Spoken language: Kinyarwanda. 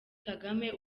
kagame